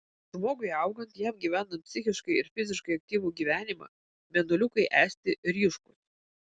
žmogui augant jam gyvenant psichiškai ir fiziškai aktyvų gyvenimą mėnuliukai esti ryškūs